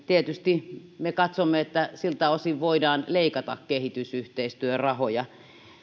tietysti me katsomme että siltä osin voidaan leikata kehitysyhteistyörahoja